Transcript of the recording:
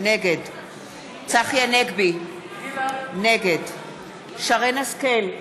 נגד צחי הנגבי, נגד שרן השכל,